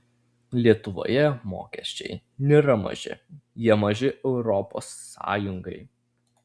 lietuvoje mokesčiai nėra maži jie maži europos sąjungai